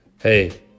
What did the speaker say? hey